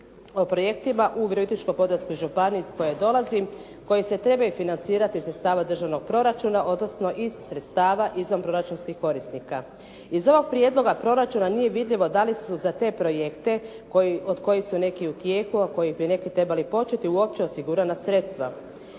o projektima u Virovitičkoj podravskoj županiji iz koje dolazim, koji se trebaju financirati iz sredstava držanog proračuna, odnosno iz sredstava izvanproračunski korisnika. Iz ovog proračuna nije vidljivo dali su za te projekte od kojih su neki u tijeku, a koji bi neki trebali početi uopće osigurana sredstva.